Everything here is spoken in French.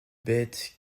bêtes